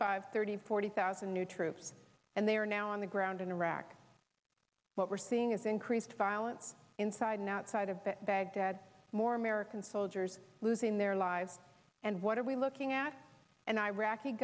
five thirty forty thousand new troops and they are now on the ground in iraq what we're seeing is increased violence inside and outside of baghdad more american soldiers losing their lives and what are we looking at an iraqi